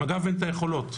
למג"ב אין את היכולות.